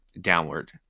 downward